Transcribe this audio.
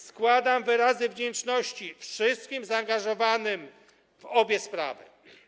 Składam wyrazy wdzięczności wszystkim zaangażowanym w obie sprawy.